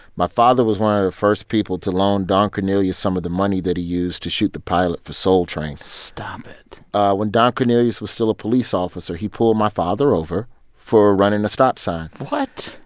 my father was one of the first people to loan don cornelius cornelius some of the money that he used to shoot the pilot for soul train. stop it when don cornelius was still a police officer, he pulled my father over for running a stop sign what?